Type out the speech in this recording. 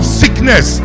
sickness